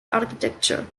architecture